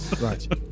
Right